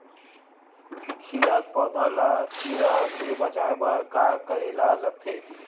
खिलत पौधा ल कीरा से बचाय बर का करेला लगथे?